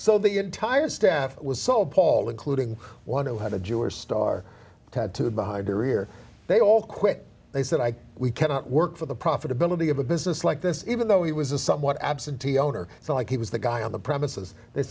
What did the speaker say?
so the entire staff was so appalled including one who had a jewish star tattooed behind her rear they all quit they said i we cannot work for the profitability of a business like this even though he was a somewhat absentee owner so like he was the guy on the premises they